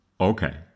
Okay